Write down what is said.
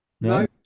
No